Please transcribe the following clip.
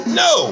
no